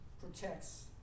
protects